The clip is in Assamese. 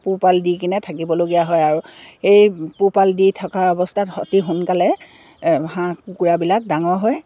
পোহপাল দি কিনে থাকিবলগীয়া হয় আৰু সেই পোহপাল দি থকা অৱস্থাত সতি সোনকালে হাঁহ কুকুৰাবিলাক ডাঙৰ হয়